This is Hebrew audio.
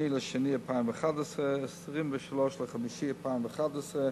2 בפברואר 2011, 23 במאי 2011,